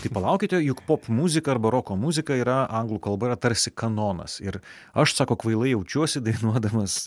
tai palaukite juk popmuzika arba roko muzika yra anglų kalba yra tarsi kanonas ir aš sako kvailai jaučiuosi dainuodamas